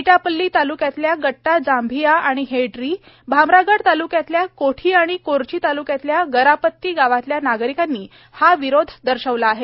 एटापल्ली तालुक्यातल्या गट्टा जांभिया आणि हेडरी भामरागड तालुक्यातल्या कोठी आणि कोरची तालुक्यातल्या गरापत्ती गावातल्या नागरिकांनी हा विरोध दर्शवला आहे